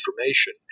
information